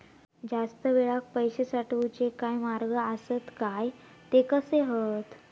जास्त वेळाक पैशे साठवूचे काय मार्ग आसत काय ते कसे हत?